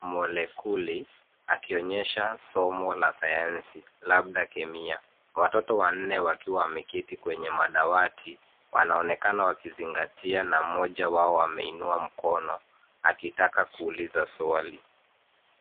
molekuli akionyesha somo la sayansi labda kemia. Watoto wanne wakiwa wameketi kwenye madawati wanaonekana wakizingatia na mmoja wao ameinua mkono akitaka kuuliza swali.